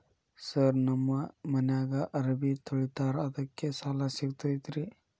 Sir ನಮ್ಮ ಮನ್ಯಾಗ ಅರಬಿ ತೊಳಿತಾರ ಅದಕ್ಕೆ ಸಾಲ ಸಿಗತೈತ ರಿ?